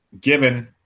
given